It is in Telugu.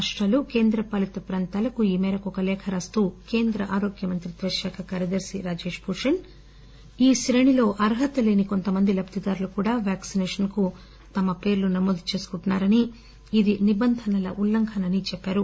రాష్లాలు కేంద్రపాలిత ప్రాంతాలకు ఈ మేరకు లేఖ రాస్తూ కేంద్ర ఆరోగ్యశాఖ కార్యదర్పి రాజేష్ భూషణ్ ఈ క్రేణిలో అర్హత లేని కొంతమంది లబ్గిదారులుకూడా పేక్పినేషన్కు తమ పేర్లు నమోదు దేసుకుంటున్నారని ఇది నిబంధనల ఉల్లంఘన అని చెప్పారు